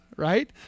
Right